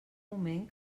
moment